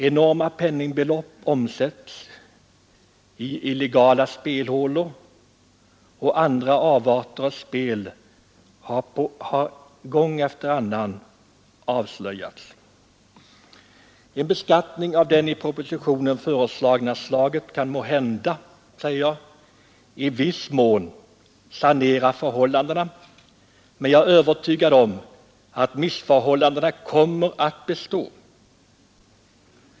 Enorma penningbelopp omsätts i illegala spelhålor, och andra avarter av spel har gång efter annan avslöjats. En beskattning av det i propositionen förordade slaget kan måhända i viss mån sanera förhållandena, men jag är övertygad om att missförhållandena kommer att bestå.